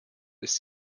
ist